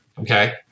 Okay